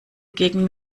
gegen